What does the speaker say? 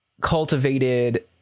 cultivated